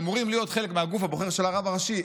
שאמורים להיות חלק מהגוף הבוחר של הרב הראשי,